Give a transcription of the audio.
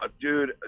dude